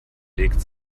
legt